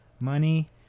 Money